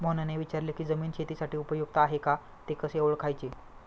मोहनने विचारले की जमीन शेतीसाठी उपयुक्त आहे का ते कसे ओळखायचे?